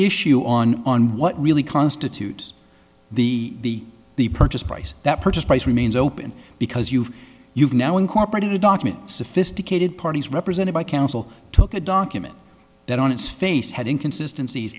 issue on on what really constitute the the purchase price that purchase price remains open because you've you've now incorporated a document sophisticated parties represented by counsel took a document that on its face had inconsistency